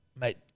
mate